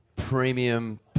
premium